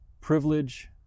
privilege